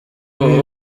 hari